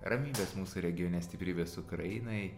ramybės mūsų regione stiprybės ukrainai